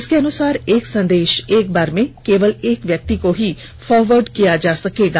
इसके अनुसार एक संदेश एक बार में केवल एक व्यक्ति को ही फॉरवर्ड किया जा सकेगा